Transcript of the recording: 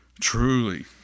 truly